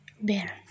Bear